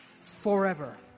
forever